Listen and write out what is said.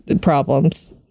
problems